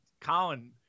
Colin